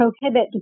prohibit